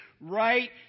right